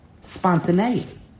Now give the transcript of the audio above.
Spontaneity